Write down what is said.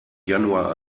januar